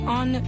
on